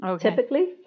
typically